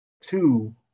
two